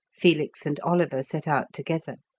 felix and oliver set out together.